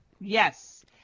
Yes